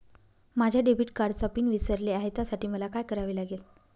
माझ्या डेबिट कार्डचा पिन विसरले आहे त्यासाठी मला काय करावे लागेल?